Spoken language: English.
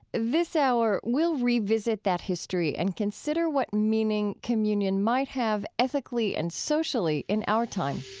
this hour we'll revisit that history and consider what meaning communion might have ethically and socially in our time